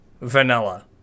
vanilla